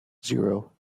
zero